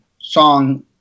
song